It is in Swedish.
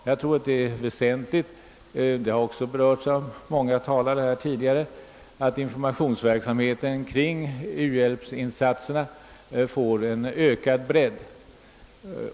Jag tror att det är väsentligt — och detta har påpekats av tidigare talare — att informationsverksamheten kring uhjälpsinsatserna får en ökad bredd.